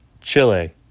Chile